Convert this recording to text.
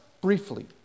briefly